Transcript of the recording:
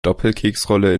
doppelkeksrolle